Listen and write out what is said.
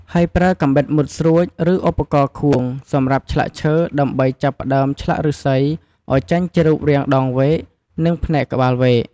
ហើយប្រើកាំបិតមុតស្រួច ឬឧបករណ៍ខួងសម្រាប់ឆ្លាក់ឈើដើម្បីចាប់ផ្តើមឆ្លាក់ឫស្សីឱ្យចេញជារូបរាងដងវែក និងផ្នែកក្បាលវែក។